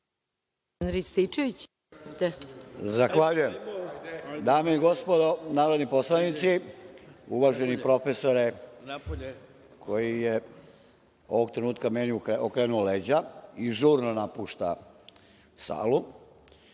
Zahvaljujem. Dame i gospodo narodni poslanici, uvaženi profesore, koji je ovog trenutka meni okrenuo leđa i žurno napušta salu,